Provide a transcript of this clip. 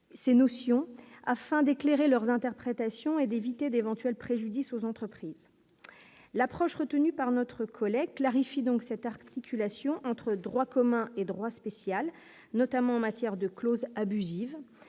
ces notions afin d'éclairer leurs interprétations et d'éviter d'éventuels préjudices aux entreprises l'approche retenue par notre collègue clarifie donc cette articulation entre droit commun et droit spécial, notamment en matière de clauses abusives